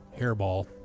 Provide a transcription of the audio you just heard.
hairball